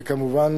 וכמובן